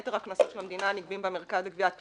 יתר הקנסות של המדינה נגבים במרכז לגביית קנסות.